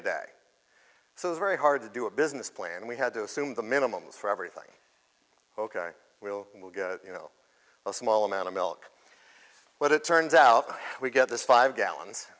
a day so it's very hard to do a business plan we had to assume the minimum for everything ok we'll you know a small amount of milk but it turns out we get this five gallons